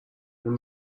اون